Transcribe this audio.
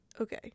Okay